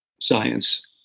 science